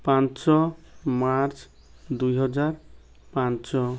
ପାଞ୍ଚ ମାର୍ଚ୍ଚ ଦୁଇହଜାର ପାଞ୍ଚ